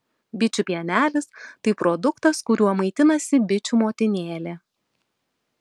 bičių pienelis tai produktas kuriuo maitinasi bičių motinėlė